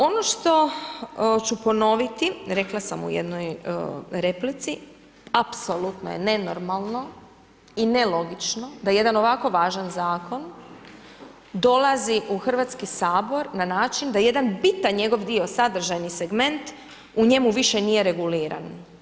Ono što ću ponoviti, rekla sam u jednoj replici, apsolutno je nenormalno i nelogično da jedan ovako važan zakon, dolazi u Hrvatski sabor na način da jedan bitan njegov dio, sadržajni segment u njemu više nije reguliran.